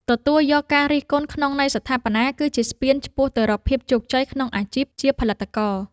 ទទួលយកការរិះគន់ក្នុងន័យស្ថាបនាគឺជាស្ពានឆ្ពោះទៅរកភាពជោគជ័យក្នុងអាជីពជាផលិតករ។